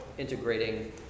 integrating